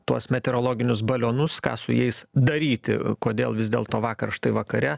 tuos meteorologinius balionus ką su jais daryti kodėl vis dėlto vakar štai vakare